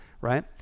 right